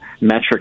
metric